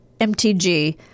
mtg